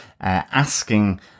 asking